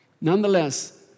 Nonetheless